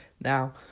Now